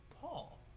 Paul